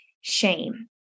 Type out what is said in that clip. shame